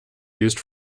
used